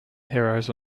heroes